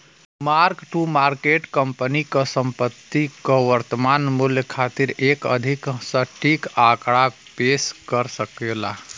mark to market company क संपत्ति क वर्तमान मूल्य खातिर एक अधिक सटीक आंकड़ा पेश कर सकला